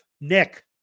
Nick